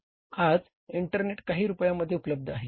आज इंटरनेट काही रुपयांमध्ये उपलब्ध आहे